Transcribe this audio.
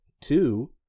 Two